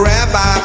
Rabbi